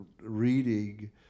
Reading